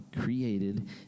created